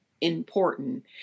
important